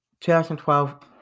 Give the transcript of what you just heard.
2012